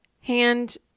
hand